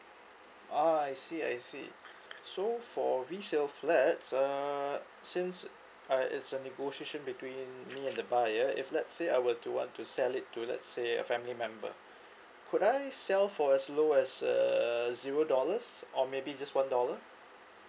oh I see I see so for resale flats uh since I it's a negotiation between me and the buyer if let's say I were to want to sell it to let's say a family member could I sell for as low as err zero dollars or maybe just one dollar